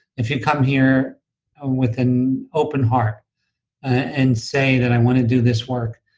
if you come here with an open heart and say that i want to do this work,